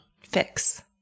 fix